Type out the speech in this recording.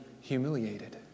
humiliated